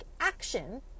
action